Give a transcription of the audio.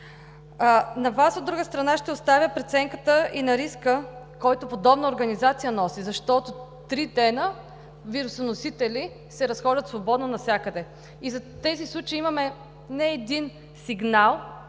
На Вас ще оставя преценката и на риска, който подобна организация носи, защото три дни вирусоносители се разхождат свободно навсякъде. И за тези случаи имаме не един сигнал